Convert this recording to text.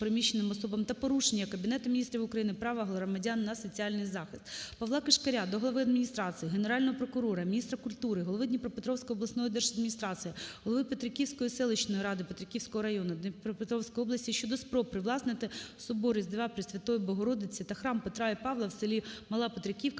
переміщеним особам, та порушення Кабінетом Міністрів України прав громадян на соціальний захист. Павла Кишкаря до глави Адміністрації, Генерального прокурора, міністра культури, голови Дніпропетровської облдержадміністрації, голови Петриківської селищної ради Петриківського району Дніпропетровської області щодо спроб привласнити Собор Різдва Пресвятої Богородиці та Храм Петра і Павла в селі Мала Петриківка,